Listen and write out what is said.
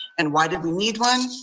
and why did we need one?